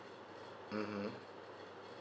mmhmm